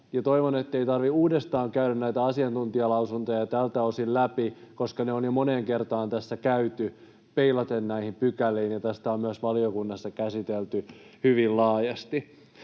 Toivon, ettei tarvitse uudestaan käydä näitä asiantuntijalausuntoja tältä osin läpi, koska ne on jo moneen kertaan tässä käyty peilaten näihin pykäliin ja tätä on myös valiokunnassa käsitelty hyvin laajasti.